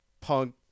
punk